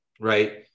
right